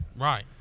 right